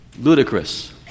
Ludicrous